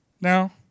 now